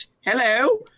Hello